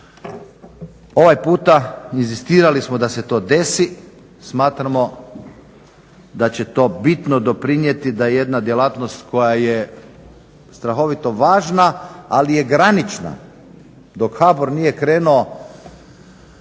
Ovaj puta inzistirali smo da se to desi. Smatramo da će to bitno doprinijeti da jedna djelatnost koja je strahovito važno, ali je granična. Dok HBOR nije krenuo